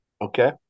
Okay